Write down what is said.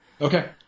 Okay